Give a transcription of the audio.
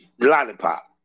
Lollipop